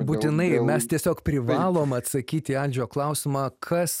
būtinai mes tiesiog privalom atsakyti į aldžio klausimą kas